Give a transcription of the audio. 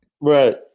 Right